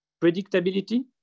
predictability